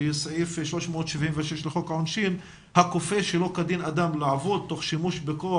שהיא סעיף 376 לחוק העונשין: "הכופה שלא כדין אדם לעבוד תוך שימוש בכוח